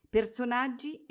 Personaggi